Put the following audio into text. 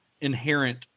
inherent